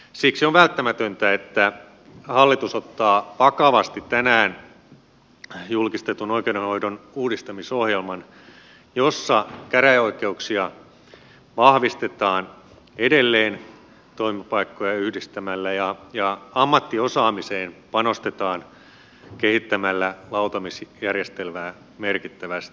siksi on välttämätöntä että hallitus ottaa vakavasti tänään julkistetun oikeudenhoidon uudistamisohjelman jossa käräjäoikeuksia vahvistetaan edelleen toimipaikkoja yhdistämällä ja ammattiosaamiseen panostetaan kehittämällä lautamiesjärjestelmää merkittävästi